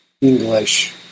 English